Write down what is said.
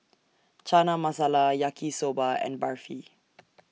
Chana Masala Yaki Soba and Barfi